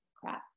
crap